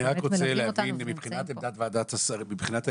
אני רק רוצה להבין מבחינת עמדות הממשלה,